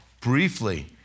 briefly